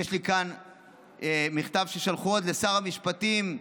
יש לי כאן מכתב ששלחו עוד לשר המשפטים